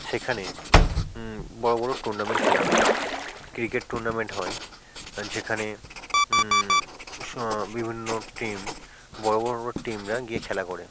সেখানে বড় বড় টুর্নামেন্ট খেলা হয় ক্রিকেট টুর্নামেন্ট হয় আর যেখানে সব বিভিন্ন টিম বড় বড় টিমরা গিয়ে খেলা করে